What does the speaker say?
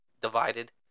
divided